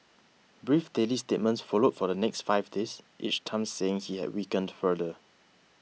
brief daily statements followed for the next five days each time saying he had weakened further